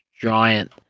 giant